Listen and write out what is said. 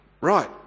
Right